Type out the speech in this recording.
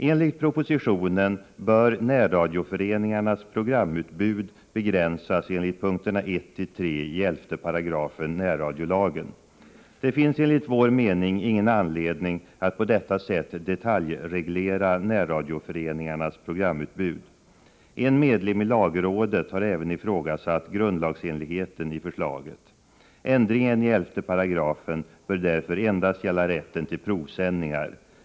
Enligt propositionen bör närradioföreningarnas programutbud begränsas enligt punkterna 1-3 i 11 § närradiolagen. Det finns enligt vår mening ingen anledning att på detta sätt detaljreglera närradioföreningarnas programutbud. En medlem av lagrådet har även ifrågasatt grundlagsenligheten i förslaget. Ändringen av 11 § bör därför endast gälla rätten till provsändningar.